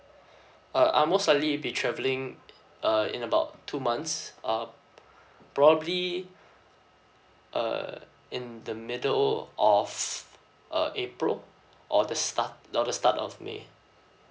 uh I'll most likely will be travelling uh in about two months uh probably uh in the middle of uh april or the start or the start of may